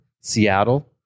Seattle